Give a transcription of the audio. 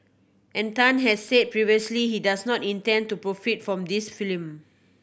and Tan has said previously he does not intend to profit from this film